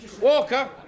Walker